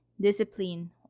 discipline